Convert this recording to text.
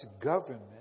government